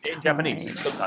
Japanese